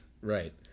right